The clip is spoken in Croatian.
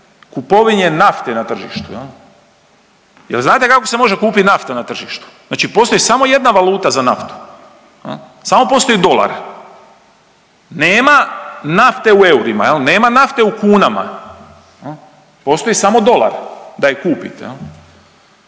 kupovine nafte na tržištu. Je l' znate kako se može kupiti nafta na tržištu? Znači postoji samo jedna valuta za naftu, samo postoji dolar. Nema nafte u eurima, nema nafte u kunama. Postoji samo dolar da je kupite,